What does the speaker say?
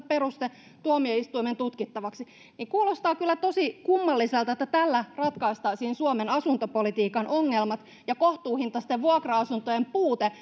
peruste tuomioistuimen tutkittavaksi kuulostaa kyllä tosi kummalliselta että ratkaistaisiin suomen asuntopolitiikan ongelmat ja kohtuuhintaisten vuokra asuntojen puute